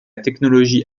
technologie